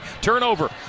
turnover